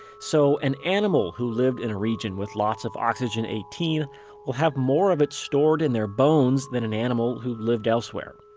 so an animal who lived in a region with lots of oxygen eighteen will have more of it stored in their bones than an animal who lived elsewhere